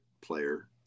player